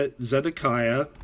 Zedekiah